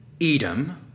Edom